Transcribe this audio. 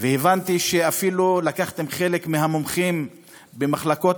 והבנתי שאפילו לקחתם חלק מהמומחים במחלקות